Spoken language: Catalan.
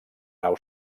nau